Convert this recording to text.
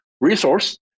resource